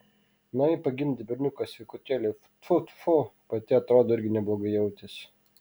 na ji pagimdė berniuką sveikutėlį tfu tfu pati atrodo irgi neblogai jautėsi